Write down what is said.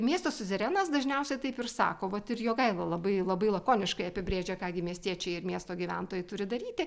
miesto siuzerenas dažniausiai taip ir sako vat ir jogaila labai labai lakoniškai apibrėžia ką gi miestiečiai ir miesto gyventojai turi daryti